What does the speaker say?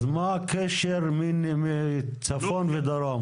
אז מה הקשר מצפון לדרום?